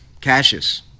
Cassius